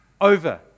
over